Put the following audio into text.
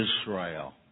Israel